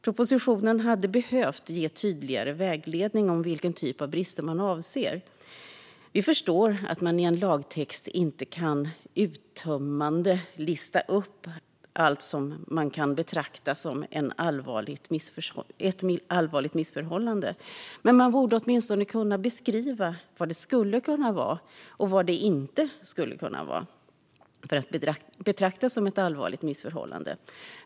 Propositionen hade behövt ge tydligare vägledning om vilken typ av brister man avser. Vi förstår att man i en lagtext inte kan ge en uttömmande lista över allt som kan betraktas som allvarliga missförhållanden. Men man borde åtminstone kunna beskriva vad det skulle kunna vara och vad det inte skulle kunna vara som kan betraktas som ett allvarligt missförhållande.